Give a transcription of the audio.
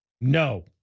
no